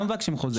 לא מבקשים חוזה.